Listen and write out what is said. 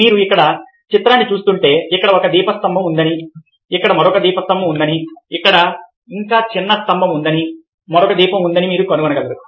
మీరు ఇక్కడ ఈ చిత్రాన్ని చూస్తుంటే ఇక్కడ ఒక దీపస్తంభం ఉందని ఇక్కడ మరొక దీపస్తంభం ఉందని ఇక్కడ ఇంకా చిన్న స్తంభం ఉందని మరొక దీపం ఉందని మీరు కనుగొనగలరు